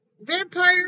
Vampire